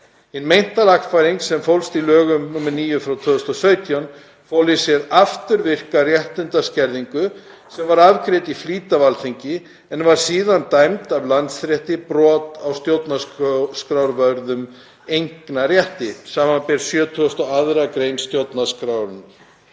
Hin meinta lagfæring sem fólst í lögum nr. 9/2017 fól í sér afturvirka réttindaskerðingu sem var afgreidd í flýti af Alþingi, en var síðan dæmd af Landsrétti brot á stjórnarskrárvörðum eignarrétti, sbr. 72. gr. stjórnarskrárinnar.